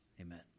amen